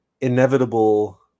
inevitable